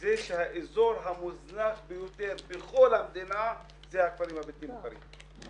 זה שהאזור המוזנח ביותר בכל המדינה זה הכפרים הבלתי מוכרים.